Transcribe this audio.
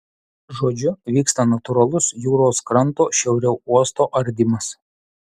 žodžiu vyksta natūralus jūros kranto šiauriau uosto ardymas